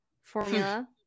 formula